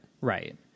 Right